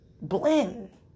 blend